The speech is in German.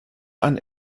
ein